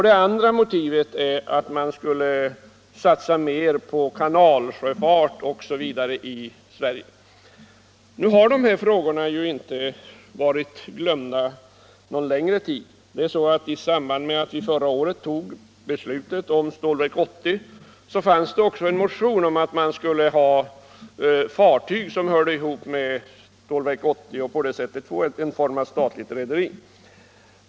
Det andra motivet är att man i Sverige skulle satsa mer på kanalsjöfart. Nu har de här frågorna inte varit glömda någon längre tid. I samband med att vi förra året beslutade om Stålverk 80 fanns det också en motion om att man skulle ha fartyg som hörde ihop med Stålverk 80 och på det sättet få en form av statligt rederi.